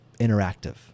interactive